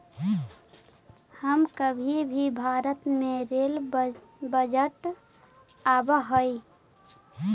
का अभी भी भारत में रेल बजट आवा हई